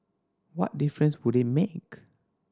what difference would it make